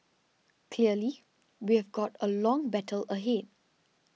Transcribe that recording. clearly we've got a long battle ahead